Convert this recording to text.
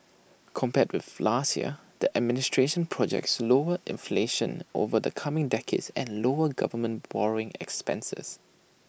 compared with last year the administration projects lower inflation over the coming decades and lower government borrowing expenses